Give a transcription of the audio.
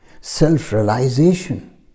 self-realization